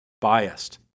biased